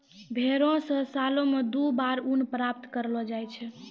भेड़ो से सालो मे दु बार ऊन प्राप्त करलो जाय छै